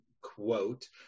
quote